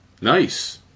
Nice